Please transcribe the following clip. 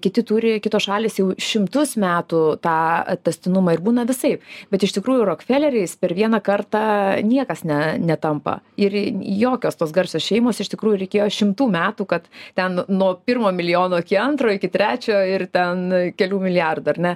kiti turi kitos šalys jau šimtus metų tą tęstinumą ir būna visaip bet iš tikrųjų rokfeleriais per vieną kartą niekas ne netampa ir jokios tos garsios šeimos iš tikrųjų reikėjo šimtų metų kad ten nuo pirmo milijono iki antro iki trečio ir ten kelių milijardų ar ne